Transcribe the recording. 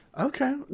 Okay